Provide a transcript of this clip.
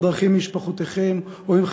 בדרכים עם משפחותיכם או עם חבריכם.